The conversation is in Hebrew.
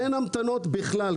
אין המתנות בכלל.